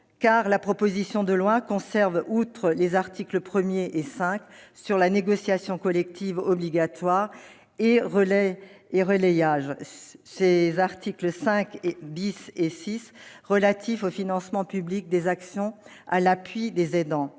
car la proposition de loi conserve, outre les articles 1 et 5 sur la négociation collective obligatoire et le relayage, les articles 5 et 6 relatifs aux financements publics des actions à l'appui des aidants